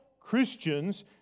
Christians